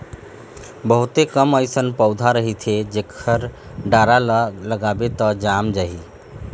बहुते कम अइसन पउधा रहिथे जेखर डारा ल लगाबे त जाम जाही